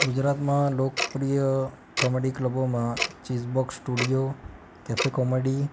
ગુજરાતમાં લોકપ્રિય કોમેડી ક્લબોમાં ચીઝબોક્સ સ્ટુડિયો કેફે કોમેડી